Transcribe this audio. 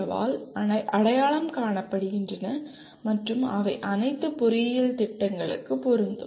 வால் அடையாளம் காணப்படுகின்றன மற்றும் அவை அனைத்து பொறியியல் திட்டங்களுக்கும் பொருந்தும்